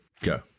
Go